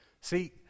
See